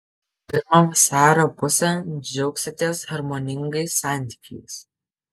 pirmą vasario pusę džiaugsitės harmoningais santykiais